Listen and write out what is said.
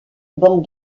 banc